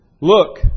Look